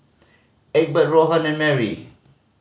Egbert Rohan and Marry